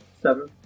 seven